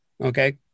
Okay